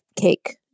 cake